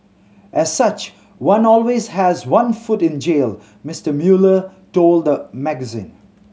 as such one always has one foot in jail Mister Mueller told the magazine